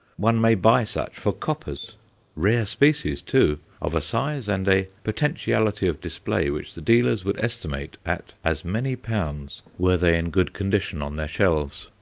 one may buy such for coppers rare species, too of a size and a potentiality of display which the dealers would estimate at as many pounds were they in good condition on their shelves.